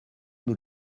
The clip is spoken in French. nous